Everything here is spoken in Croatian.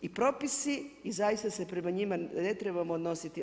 I propisi i zaista se prema njima ne trebamo odnositi.